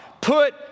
Put